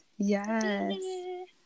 Yes